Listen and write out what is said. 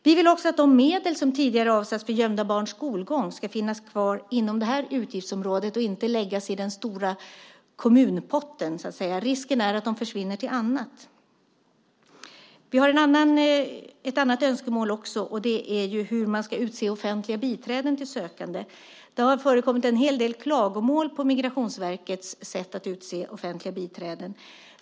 Vi vill också att de medel som tidigare avsatts för gömda barns skolgång ska finnas kvar inom det här utgiftsområdet och inte läggas i den stora kommunpotten. Risken är att de försvinner till annat. Vi har också ett annat önskemål, och det gäller hur man ska utse offentliga biträden till sökande. Det har förekommit en hel del klagomål på Migrationsverkets sätt att utse offentliga biträden.